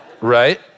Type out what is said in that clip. Right